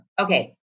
okay